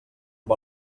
amb